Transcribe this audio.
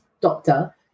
doctor